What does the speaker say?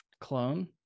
clone